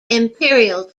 imperial